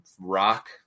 rock